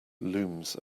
looms